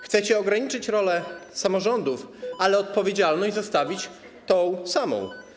Chcecie ograniczyć rolę samorządów, ale odpowiedzialność zostawić tę samą.